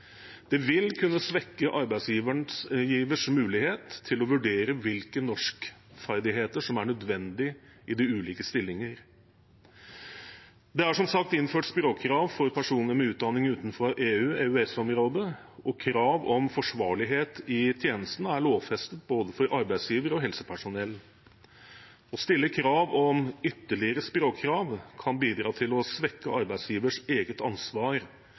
Det vil kunne svekke arbeidsgivers mulighet til å vurdere hvilke norskferdigheter som er nødvendig i de ulike stillinger. Det er som sagt innført språkkrav for personer med utdanning utenfor EU/EØS-området, og krav om forsvarlighet i tjenesten er lovfestet både for arbeidsgiver og helsepersonell. Å stille krav om ytterligere språkkrav kan bidra til å svekke arbeidsgivers eget ansvar